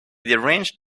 deranged